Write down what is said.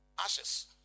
Ashes